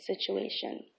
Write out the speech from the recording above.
situation